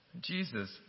Jesus